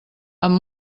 amb